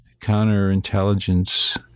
counterintelligence